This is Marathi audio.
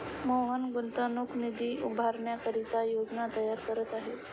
मोहन गुंतवणूक निधी उभारण्याकरिता योजना तयार करत आहे